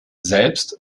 selbst